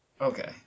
Okay